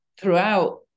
throughout